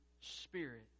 spirit